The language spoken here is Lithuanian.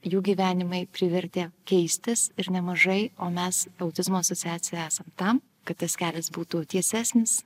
jų gyvenimai privertė keistis ir nemažai o mes autizmo asociacija esam tam kad tas kelias būtų tiesesnis